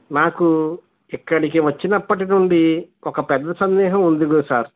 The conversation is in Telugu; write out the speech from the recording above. నాకు ఇక్కడికి వచ్చినప్పటి నుండి ఒక పెద్ద సందేహం ఉంది గు సార్